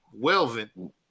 Welvin